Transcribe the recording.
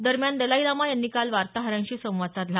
दरम्यान Dalai Lama यांनी काल वार्ताहरांशी संवाद साधला